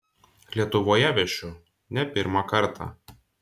lietuvoje viešiu ne pirmą kartą